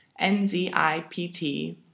NZIPT